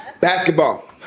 Basketball